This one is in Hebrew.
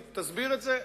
אם תסביר את זה,